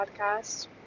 podcast